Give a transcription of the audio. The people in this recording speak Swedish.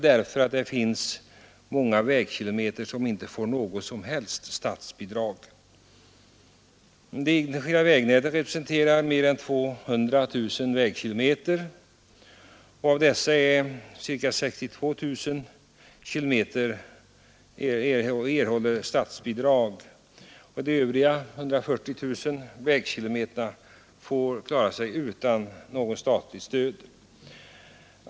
Det finns många vägkilometer som inte får något som helst statsbidrag. Det enskilda vägnätet representerar mer än 200 000 vägkilometer. Av dessa får ca 62 000 kilometer statsbidrag. De övriga 140 000 vägkilometerna får klara sig utan statligt stöd.